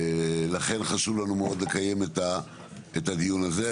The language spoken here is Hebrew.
ולכן חשוב לנו מאוד לקיים את הדיון הזה.